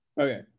Okay